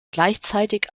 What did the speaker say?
gleichzeitig